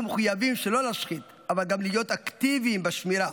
אנחנו מחויבים שלא להשחית אבל גם להיות אקטיביים בשמירה,